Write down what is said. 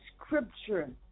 scripture